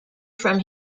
from